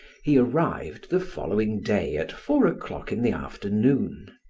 he arrived the following day at four o'clock in the afternoon.